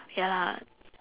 ya lah